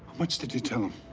much did you tell him?